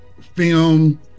film